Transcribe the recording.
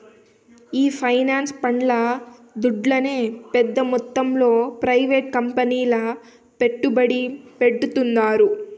ఈ పెన్సన్ పండ్లు దుడ్డునే పెద్ద మొత్తంలో ప్రైవేట్ కంపెనీల్ల పెట్టుబడి పెడ్తాండారు